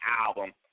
album